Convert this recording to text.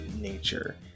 nature